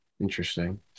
Interesting